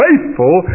Faithful